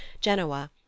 Genoa